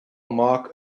mark